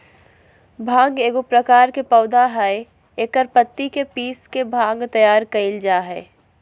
भांग एगो प्रकार के पौधा हइ एकर पत्ति के पीस के भांग तैयार कइल जा हइ